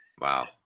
Wow